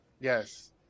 yes